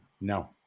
No